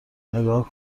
نگاه